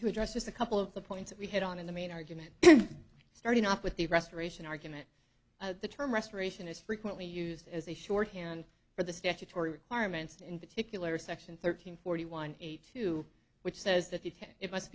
to address just a couple of the points we hit on in the main argument starting up with the restoration argument the term restoration is frequently used as a shorthand for the statutory requirements in particular section thirteen forty one eight two which says that if it must